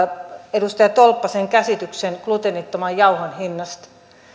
edustaja tolppasen käsityksen gluteenittoman jauhon hinnasta